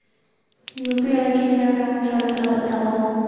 UPI के नियम एवं शर्त ला बतावव